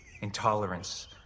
intolerance